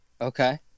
Okay